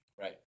Right